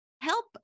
help